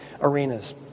arenas